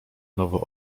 nowo